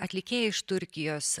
atlikėja iš turkijos